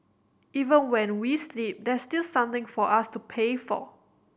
even when we sleep there's still something for us to pay for